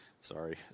sorry